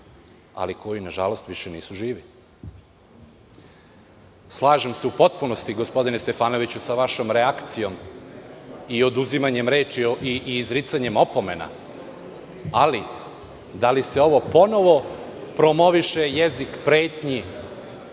ali koji nažalost više nisu živi. Slažem se u potpunosti, gospodine Stefanoviću, sa vašom reakcijom oduzimanja reči i izricanja opomene, ali da li se ovo ponovo promoviše jezik pretnji,